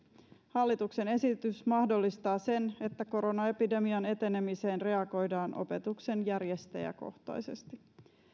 hallituksen esitys mahdollistaa sen että koronaepidemian etenemiseen reagoidaan opetuksenjärjestäjäkohtaisesti